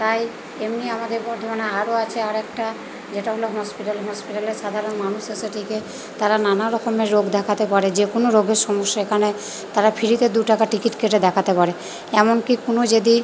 তাই এমনি আমাদের বর্ধমানে আরও আছে আর একটা যেটা হলো হসপিটাল হসপিটালের সাধারণ মানুষে সেটিকে তারা নানা রকমের রোগ দেখাতে পারে যে কোনো রোগের সমস্যা এখানে তারা ফ্রিতে দু টাকার টিকিট কেটে দেখাতে পারে এমন কি কোনো যদি